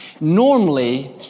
Normally